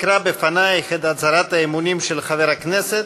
אקרא בפנייך את הצהרת האמונים של חבר הכנסת,